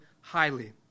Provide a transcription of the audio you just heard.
highly